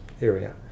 area